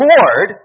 Lord